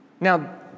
Now